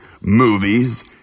movies